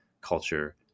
culture